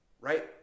right